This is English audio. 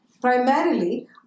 primarily